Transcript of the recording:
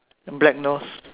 black nose